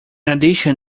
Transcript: addition